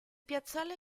piazzale